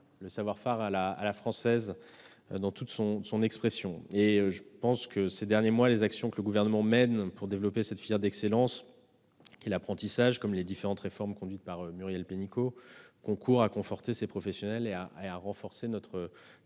le savoir-faire à la française dans toute son expression. Ces derniers mois, les actions que le Gouvernement mène pour développer la filière d'excellence qu'est l'apprentissage comme les différentes réformes conduites par Muriel Pénicaud concourent à conforter ces professionnels et à renforcer notre tissu